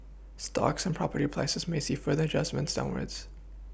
stocks and property prices may see further adjustments downwards